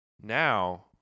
Now